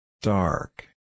Dark